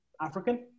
African